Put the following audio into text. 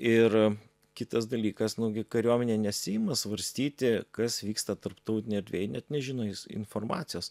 ir kitas dalykas nugi kariuomenė nesiima svarstyti kas vyksta tarptautinėj erdvėj net nežino jis informacijos